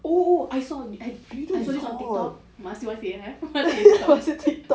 oh oh I saw um I saw this on Tiktok masih masih ah eh masih Tiktok